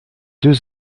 deux